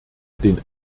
den